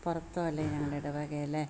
പുറത്തോ അല്ല ഞങ്ങളുടെ ഇടവകയിൽ